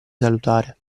salutare